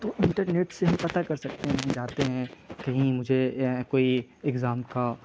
تو انٹرنیٹ سے ہم پتہ کر سکتے ہیں جاتے ہیں کہیں مجھے کوئی اگزام کا